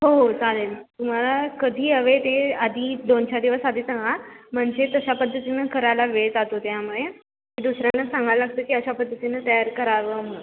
हो हो चालेल तुम्हाला कधी हवे ते आधी दोन चार दिवस आधी सांगा म्हणजे तशा पद्धतीने करायला वेळ जातो त्यामुळे दुसऱ्यांना सांगायला लागतं की अशा पद्धतीन तयार करावं मग